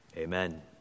amen